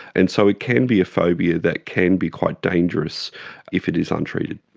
and so it can be a phobia that can be quite dangerous if it is untreated.